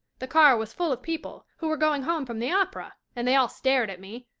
the car was full of people, who were going home from the opera, and they all stared at me,